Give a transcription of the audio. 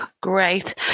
Great